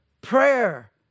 prayer